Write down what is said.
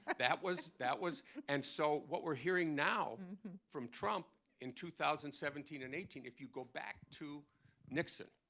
but that was that was and so, what we're hearing now from trump in two thousand and seventeen and eighteen if you go back to nixon,